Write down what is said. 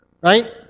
Right